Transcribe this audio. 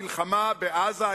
המלחמה בעזה,